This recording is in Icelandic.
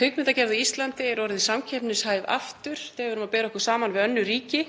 kvikmyndagerð á Íslandi er orðin samkeppnishæf aftur þegar við berum okkur saman við önnur ríki.